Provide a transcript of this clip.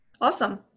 Awesome